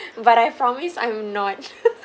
but I promise I'm not